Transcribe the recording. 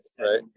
right